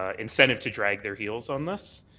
ah incentive to drag their heels on this,